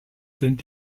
sind